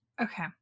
Okay